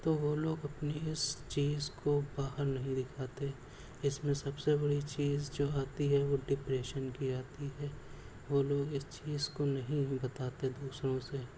تو وہ لوگ اپنی اس چیز کو باہر نہیں دکھاتے اس میں سب سے بڑی چیز جو آتی ہے وہ ڈپریشن کی آتی ہے وہ لوگ اس چیز کو نہیں بتاتے دوسروں سے